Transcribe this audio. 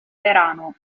verano